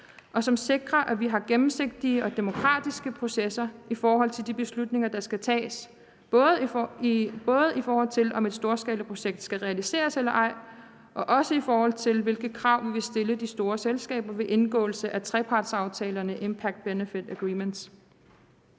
og som sikrer, at vi har gennemsigtige og demokratiske processer i forhold til de beslutninger, der skal tages, både i forhold til om et storskalaprojekt skal realiseres eller ej, og i forhold til hvilke krav vi vil stille til de store selskaber ved indgåelse af trepartsaftalerne, Impact and Benefit Agreements.